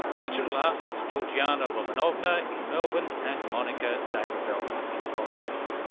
digital artists georgiana romanovna in melbourne and monika zagrobelna in poland.